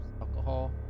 alcohol